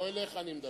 לא אליך אני מדבר.